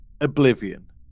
oblivion